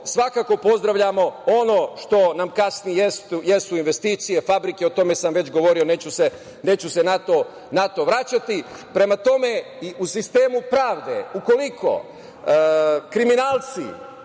svakako pozdravljamo. Ono što nam kasni jesu investicije, fabrike, a o tome sam već govorio, neću se na to vraćati. Prema tome, u sistemu pravde, ukoliko kriminalci